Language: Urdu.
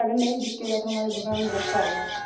اگر نہیں بکے گا تو ہماری دکان میں رکھا ہوا ہے